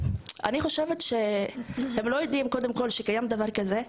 אני חושבת שהם לא יודעים שקיים דבר כזה.